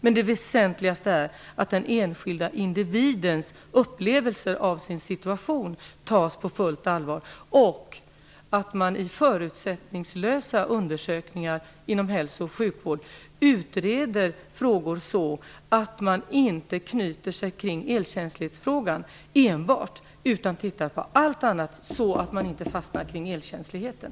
Det mest väsentliga är dock att den enskilda individens upplevelser av situationen tas på fullt allvar och att man i förutsättningslösa undersökningar inom hälso och sjukvården utreder frågor så att man inte enbart knyter sig fast vid elkänslighetsfrågan. Man måste studera alla faktorer så att man inte bara fastnar på elkänsligheten.